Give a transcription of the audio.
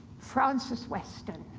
francis weston.